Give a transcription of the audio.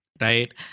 right